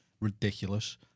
ridiculous